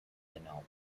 dinou